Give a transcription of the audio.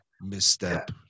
misstep